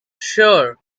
sure